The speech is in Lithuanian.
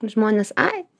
žmonės ai